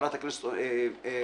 חברת הכנסת מארק,